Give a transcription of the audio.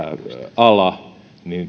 ala